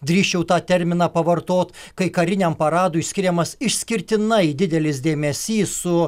drįsčiau tą terminą pavartot kai kariniam paradui skiriamas išskirtinai didelis dėmesys su